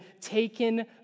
taken